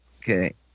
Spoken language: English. Okay